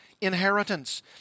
inheritance